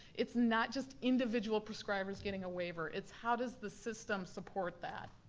it's not just individual prescribers getting a waiver, it's how does the system support that.